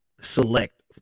select